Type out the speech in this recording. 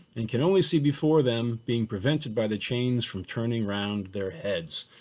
and can only see before them being prevented by the chains from turning around their heads.